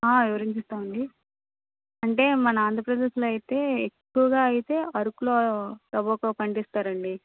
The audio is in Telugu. ఆ వివరిస్తాం అండి అంటే మన ఆంధ్రప్రదేశ్లో అయితే ఎక్కువుగా అయితే అరకులో టొబాకో పండిస్తారండి